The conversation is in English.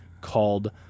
called